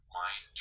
mind